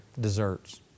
desserts